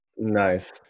Nice